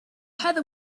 heather